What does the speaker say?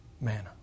manna